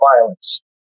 violence